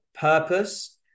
purpose